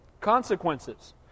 consequences